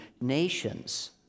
nations